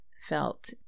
felt